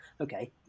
okay